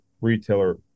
retailer